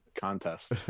contest